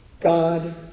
God